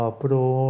pro